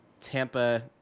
Tampa